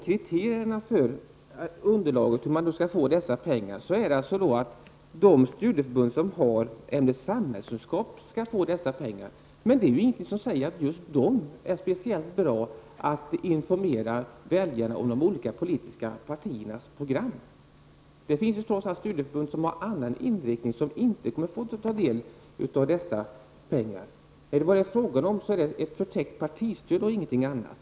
Kriterierna för att kunna få dessa pengar är att studieförbunden undervisar i ämnet samhällskunskap. Men det är ju inget som säger att just dessa studieförbund är speciellt bra på att informera väljarna om de olika politiska partiernas program. Det finns ju trots allt studieförbund som har en annan inriktning, som inte kommer att få av dessa pengar. Vad det är fråga om är ett förtäckt partistöd och ingenting annat.